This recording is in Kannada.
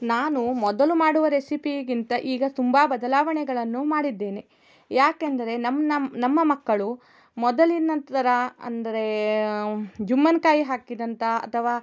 ನಾನು ಮೊದಲು ಮಾಡುವ ರೆಸಿಪೀಗಿಂತ ಈಗ ತುಂಬ ಬದಲಾವಣೆಗಳನ್ನು ಮಾಡಿದ್ದೇನೆ ಯಾಕೆಂದರೆ ನಮ್ಮ ನಮ್ಮ ನಮ್ಮ ಮಕ್ಕಳು ಮೊದಲಿನ ಥರ ಅಂದರೆ ಜುಮ್ಮನ್ಕಾಯಿ ಹಾಕಿದಂತ ಅಥವಾ